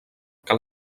que